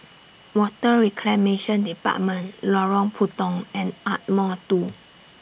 Water Reclamation department Lorong Puntong and Ardmore two